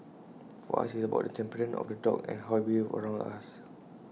for us IT is about the temperament of the dog and how IT behaves around us